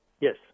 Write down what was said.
Yes